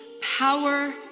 power